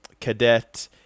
Cadet